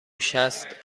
شصت